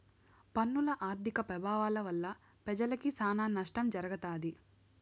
పన్నుల ఆర్థిక పెభావాల వల్ల పెజలకి సానా నష్టం జరగతాది